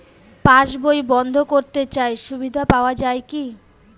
পাশ বই বন্দ করতে চাই সুবিধা পাওয়া যায় কি?